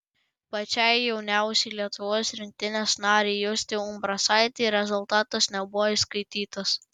pačiai jauniausiai lietuvos rinktinės narei justei umbrasaitei rezultatas nebuvo įskaitytas